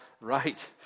right